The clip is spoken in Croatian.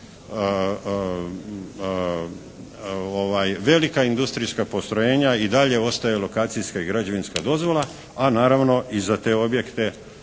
velika industrijska postrojenja i dalje ostaju lokacijska i građevinska dozvola, a naravno i za te objekte